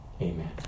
amen